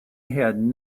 had